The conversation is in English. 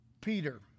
Peter